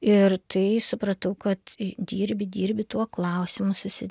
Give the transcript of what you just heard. ir tai supratau kad dirbi dirbi tuo klausimu susi